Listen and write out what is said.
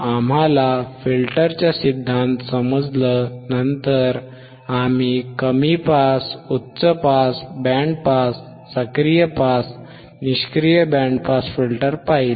आम्हाला फिल्टरचा सिद्धांत समजला नंतर आम्ही कमी पास उच्च पास बँड पास सक्रिय बँड पास निष्क्रिय बँड पास फिल्टर पाहिले